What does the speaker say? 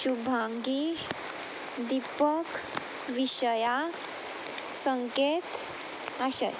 शुभांगी दिपक विशया संकेत आशय